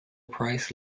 price